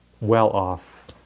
well-off